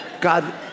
God